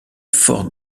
fort